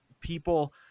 people